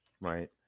right